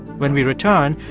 when we return,